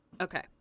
Okay